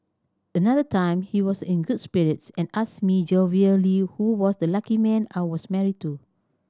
another time he was in good spirits and asked me jovially who was the lucky man I was married to